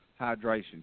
hydration